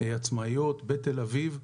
עצמאיות בתל-אביב.